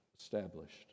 established